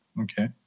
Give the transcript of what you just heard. Okay